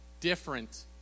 different